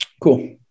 Cool